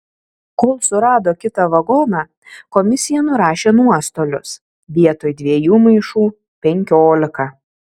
kol surado kitą vagoną komisija nurašė nuostolius vietoj dviejų maišų penkiolika